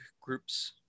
groups